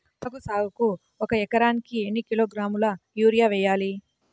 పొగాకు సాగుకు ఒక ఎకరానికి ఎన్ని కిలోగ్రాముల యూరియా వేయాలి?